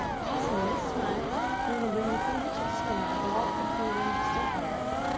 awesome, this time we're going to bring the fingertips to the mat, walk the feet in just a hair,